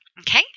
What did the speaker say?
Okay